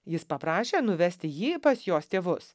jis paprašė nuvesti jį pas jos tėvus